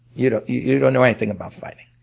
you don't you don't know anything about fighting.